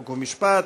חוק ומשפט.